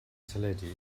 teledu